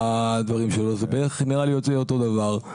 ובדברים שלו זה בערך נראה לי יוצא אותו דבר,